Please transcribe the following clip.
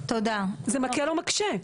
זה מקל או מקשה?